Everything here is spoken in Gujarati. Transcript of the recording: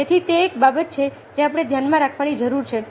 તેથી તે એક બાબત છે જે આપણે ધ્યાનમાં રાખવાની જરૂર છે